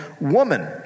woman